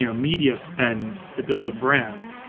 ah media spend to build a brand.